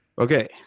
Okay